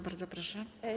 Bardzo proszę.